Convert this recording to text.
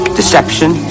deception